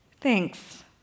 Thanks